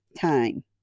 time